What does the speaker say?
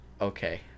Okay